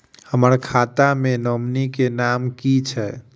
हम्मर खाता मे नॉमनी केँ नाम की छैय